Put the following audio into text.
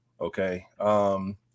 Okay